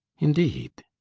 indeed?